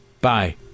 Bye